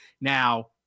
Now